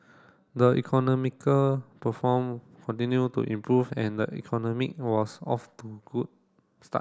the economical perform continued to improve and the economic was off to good